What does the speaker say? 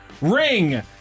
Ring